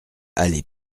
allée